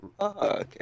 okay